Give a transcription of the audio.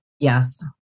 Yes